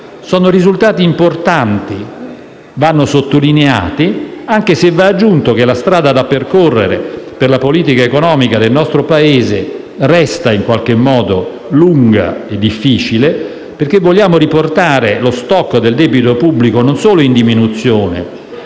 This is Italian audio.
di risultati importanti che vanno sottolineati, anche se va aggiunto che la strada da percorrere per la politica economica del nostro Paese resta in qualche modo lunga e difficile, perché vogliamo che lo *stock* del debito pubblico non solo sia in diminuzione